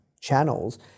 channels